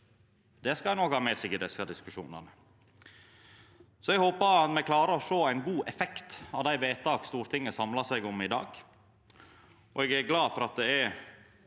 Det skal ein òg ha med seg i desse diskusjonane. Eg håpar me klarar å sjå ein god effekt av dei vedtaka Stortinget samlar seg om i dag. Eg er glad for at det er